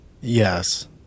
Yes